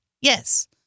Yes